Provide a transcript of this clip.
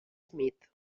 smith